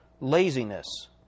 Laziness